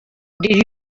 did